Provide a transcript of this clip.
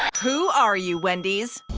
who are you, wendy's?